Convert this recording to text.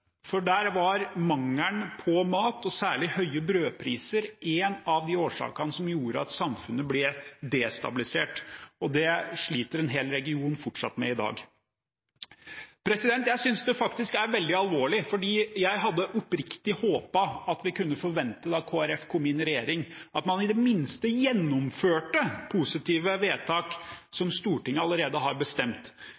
for da var mangelen på mat og særlig høye brødpriser en av årsakene som gjorde at samfunnet ble destabilisert, og det sliter en hel region fortsatt med i dag. Jeg synes faktisk det er veldig alvorlig, for jeg hadde oppriktig håpet at vi kunne forvente da Kristelig Folkeparti kom inn i regjering, at man i det minste gjennomførte positive vedtak